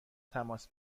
تماس